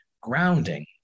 grounding